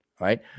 Right